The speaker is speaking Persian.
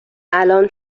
الان